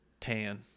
tan